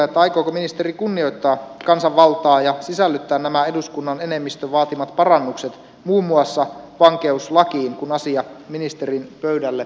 aikooko mi nisteri kunnioittaa kansanvaltaa ja sisällyttää nämä eduskunnan enemmistön vaatimat parannukset muun muassa vankeuslakiin kun asia ministerin pöydälle palaa